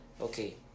okay